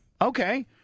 okay